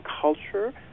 culture